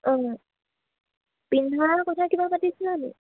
অঁ পিন্ধাৰ কথা কিবা পাতিছিলানি